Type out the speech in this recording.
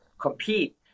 compete